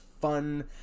fun